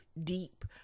deep